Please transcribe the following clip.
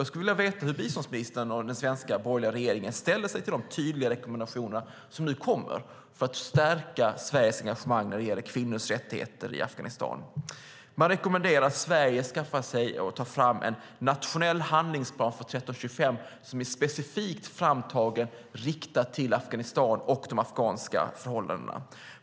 Jag skulle vilja veta hur biståndsministern och den svenska borgerliga regeringen ställer sig till de tydliga rekommendationer som nu kommer för att stärka Sveriges engagemang när det gäller kvinnors rättigheter i Afghanistan. Man rekommenderar att Sverige tar fram en nationell handlingsplan för resolution 1325 som är specifikt framtagen och riktad till Afghanistan och de afghanska förhållandena.